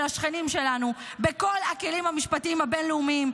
השכנים שלנו בכל הכלים המשפטיים הבין-לאומיים,